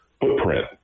footprint